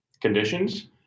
conditions